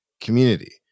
community